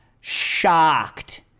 shocked